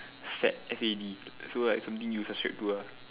fad F A D so like something you subscribe to ah